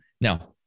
now